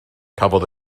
cafodd